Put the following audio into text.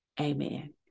Amen